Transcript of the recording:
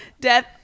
death